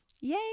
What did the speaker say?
Yay